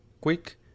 quick